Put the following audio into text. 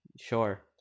sure